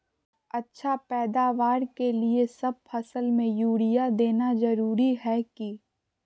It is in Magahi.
अच्छा पैदावार के लिए सब फसल में यूरिया देना जरुरी है की?